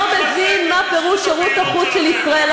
לא מבין מה פירוש שירות החוץ של ישראל.